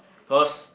cause